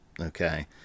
okay